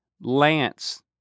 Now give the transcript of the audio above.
Lance